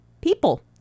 people